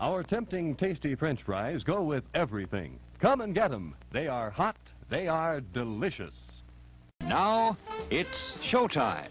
hour tempting tasty french fries go with everything come and get them they are hot they are delicious now it's showtime